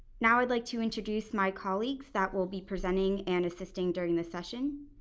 now i'd like to introduce my colleagues that will be presenting and assisting during this session.